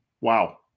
Wow